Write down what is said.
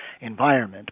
environment